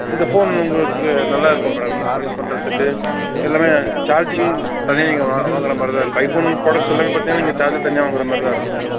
இந்த ஃபோன் உங்களுக்கு நல்லாயிருக்கும் மேடம் யூஸ் பண்ணுறத்துக்கு எல்லாம் சார்ஜிங் தனியாக நீங்கள் வாங்குகிற மாதிரிதான் இருக்கும் ஐபோன் ப்ரொடக்ஷன் எல்லாம் பார்த்திங்கனா நீங்கள் சார்ஜர் தனியாக வாங்குகிற மாதிரிதான் இருக்கும்